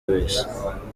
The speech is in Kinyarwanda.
wese